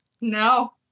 no